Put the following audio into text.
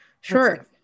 Sure